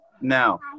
now